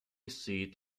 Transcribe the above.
seat